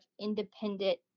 independent